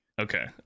Okay